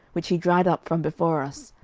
which he dried up from before us,